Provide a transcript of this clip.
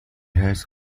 has